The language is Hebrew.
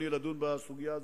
הזה,